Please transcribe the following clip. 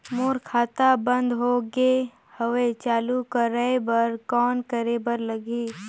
मोर खाता बंद हो गे हवय चालू कराय बर कौन करे बर लगही?